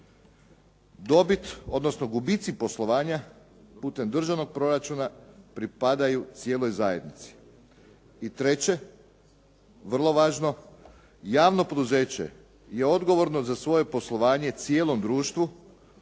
Dobit, odnosno gubici poslovanja putem državnog proračuna pripadaju cijeloj zajednici. I treće, vrlo važno, javno poduzeće je odgovorno za svoje poslovanje cijelom društvu,